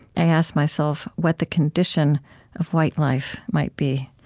i asked myself what the condition of white life might be.